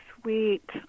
sweet